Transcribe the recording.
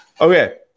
Okay